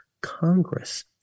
Congress